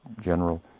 general